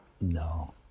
No